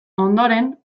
ondoren